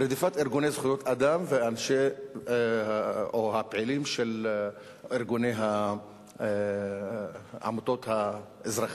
רדיפת ארגוני זכויות האדם או הפעילים של העמותות האזרחיות.